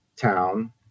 town